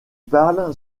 parle